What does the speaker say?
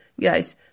Guys